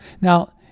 Now